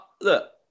Look